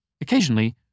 Occasionally